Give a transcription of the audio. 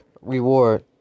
reward